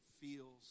feels